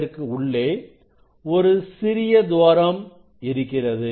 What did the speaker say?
இதற்கு உள்ளே ஒரு சிறிய துவாரம் இருக்கிறது